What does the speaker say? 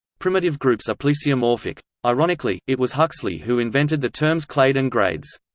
primitive groups are plesiomorphic. ironically, it was huxley who invented the terms clade and grades.